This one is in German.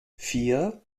vier